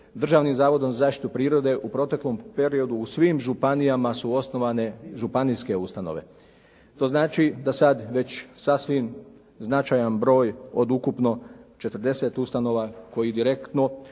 Državnim zavodom za zaštitu prirode u proteklom periodu u svim županijama su osnovane županijske ustanove. To znači da sada već sasvim značajan broj od ukupno 40 ustanova koji direktno,